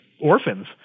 orphans